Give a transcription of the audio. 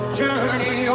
journey